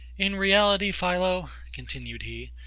in reality, philo, continued he,